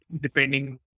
depending